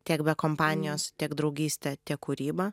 tiek be kompanijos tiek draugystė tiek kūryba